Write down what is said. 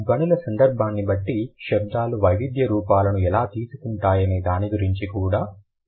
ధ్వనుల సందర్భాన్ని బట్టి శబ్దాలు వైవిధ్య రూపాలను ఎలా తీసుకుంటాయనే దాని గురించి కూడా నేను మాట్లాడతాను